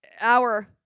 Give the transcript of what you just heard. hour